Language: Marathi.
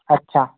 अच्छा